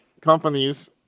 companies